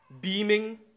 beaming